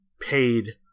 paid